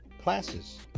classes